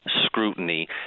scrutiny